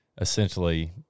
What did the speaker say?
essentially